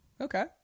Okay